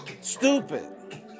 Stupid